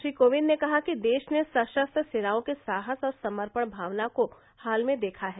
श्री कोविंद ने कहा कि देश ने सशस्त्र सेनाओं के साहस और समर्पण भावना को हाल में देखा है